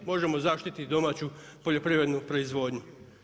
Možemo zaštiti domaću poljoprivrednu porizvodnju.